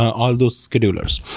all those schedulers,